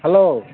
hello